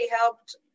helped